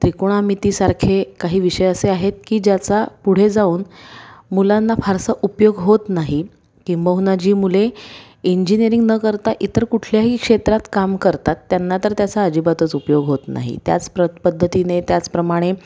त्रिकोणामितीसारखे काही विषय असे आहेत की ज्याचा पुढे जाऊन मुलांना फारसा उपयोग होत नाही किंबहुना जी मुले इंजिनिअरिंग न करता इतर कुठल्याही क्षेत्रात काम करतात त्यांना तर त्याचा अजिबातच उपयोग होत नाही त्याच प्र पद्धतीने त्याचप्रमाणे